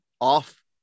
off